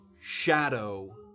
shadow